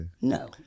No